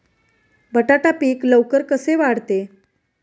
बटाटा पीक लवकर कसे वाढते?